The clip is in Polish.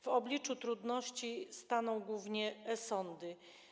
W obliczu trudności staną głównie sądy.